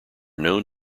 known